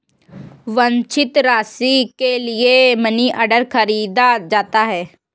वांछित राशि के लिए मनीऑर्डर खरीदा जाता है